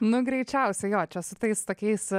nu greičiausiai jo čia su tais tokiais